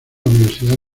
universidad